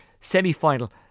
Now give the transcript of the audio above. semi-final